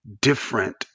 different